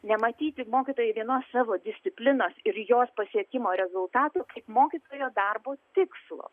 nematyti mokytojui vienos savo disciplinos ir jos pasiekimo rezultatų kaip mokytojo darbo tikslo